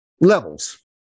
levels